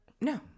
No